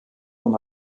von